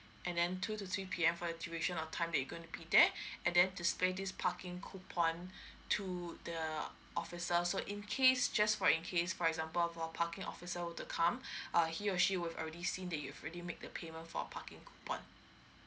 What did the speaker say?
and then two to three P_M for the duration or time that you gonna be there and then display this parking coupon to the officer so in case just for in case for example for parking officer were to come um he or she would already seen that you've already make the payment for parking coupon